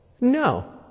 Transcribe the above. No